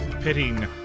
pitting